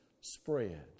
spread